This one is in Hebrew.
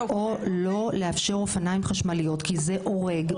האופניים --- או לא לאפשר אופניים חשמליים כי זה הורג,